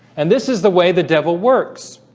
and this is the way the devil works